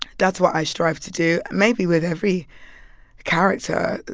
that's what i strive to do maybe with every character.